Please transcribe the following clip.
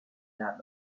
lab